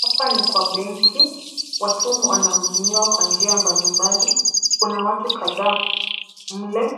Hapa ni kwa benki. Watu wanahudumiwa kwa njia mbalimbali. Kuna watu kadhaa mle